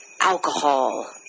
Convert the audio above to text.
alcohol